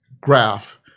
graph